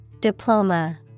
Diploma